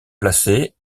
placé